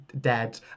dead